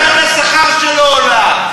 דב, דרגת השכר שלו עולה.